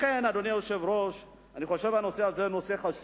לכן, אדוני היושב-ראש, אני חושב שהנושא הזה חשוב.